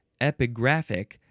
epigraphic